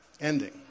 ending